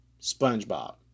SpongeBob